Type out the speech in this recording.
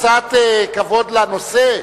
קצת כבוד לנושא.